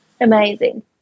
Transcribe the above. Amazing